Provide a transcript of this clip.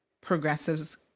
progressives